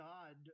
God